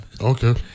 Okay